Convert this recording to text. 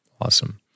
Awesome